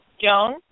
Joan